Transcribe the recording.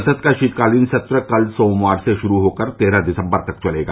संसद का शीतकालीन सत्र कल सोमवार से शुरू होकर तेरह दिसम्बर तक चलेगा